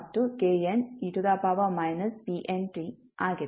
kne pnt ಆಗಿದೆ